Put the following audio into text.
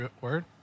Word